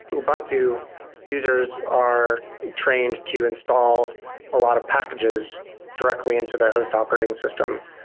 ubuntu users are trained to install a lot of packages directly into the host operating system,